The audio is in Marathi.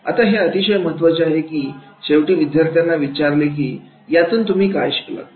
आता हे अतिशय महत्त्वाचे आहे की शेवटी विद्यार्थ्यांना विचारले की यातून तुम्ही काय शिकला